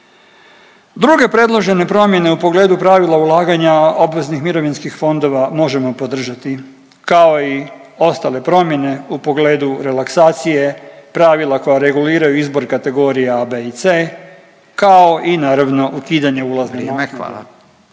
Druge predložene promjene u pogledu pravila ulaganja obveznih mirovinskih fondova možemo podržati, kao i ostale promjene u pogledu relaksacije pravila koja reguliraju izbor kategorija A, B i C kao i naravno ukidanje ulaznih naknada